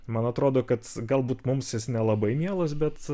man atrodo kad galbūt mums jis nelabai mielas bet